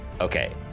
Okay